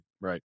Right